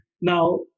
Now